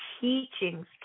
teachings